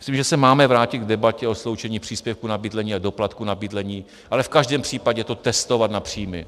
Myslím, že se máme vrátit k debatě o sloučení příspěvku na bydlení a doplatku na bydlení, ale v každém případě to testovat na příjmy.